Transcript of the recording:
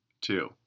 Two